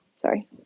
sorry